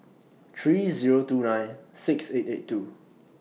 three Zero two nine six eight eight two